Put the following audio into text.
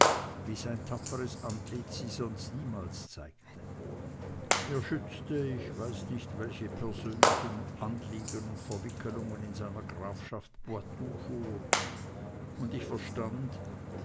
sein tapferes antlitz sie sonst niemals zeigte er schützte ich weiß nicht welche persönlichen anliegen und verwickelungen in seiner grafschaft poitou vor und ich verstand